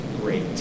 great